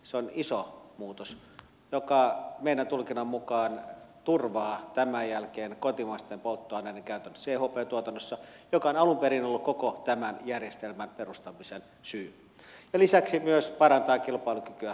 se on iso muutos joka meidän tulkintamme mukaan turvaa tämän jälkeen kotimaisten polttoaineiden käytön chp tuotannossa joka on alun perin ollut koko tämän järjestelmän perustamisen syy ja lisäksi myös parantaa kilpailukykyä lauhdetuotannossa